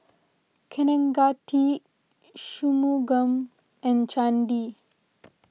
Kaneganti Shunmugam and Chandi